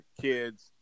kids